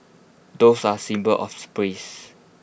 doves are symbol of